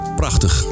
prachtig